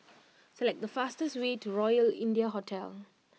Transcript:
select the fastest way to Royal India Hotel